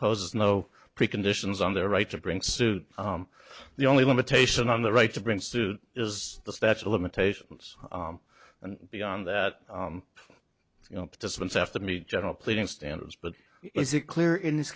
imposes no preconditions on their right to bring suit the only limitation on the right to bring suit is the statue of limitations and beyond that you know participants have to meet general pleading standards but is it clear in this